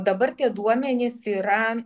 dabar tie duomenys yra